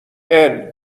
البرای